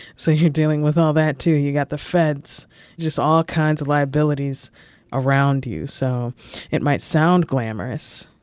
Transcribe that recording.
so you're dealing with all that, too. you've got the feds just all kinds of liabilities around you. so it might sound glamorous,